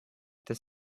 this